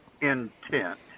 intent